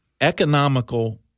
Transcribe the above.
economical